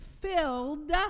filled